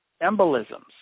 embolisms